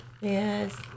Yes